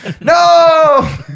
No